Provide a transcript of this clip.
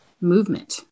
movement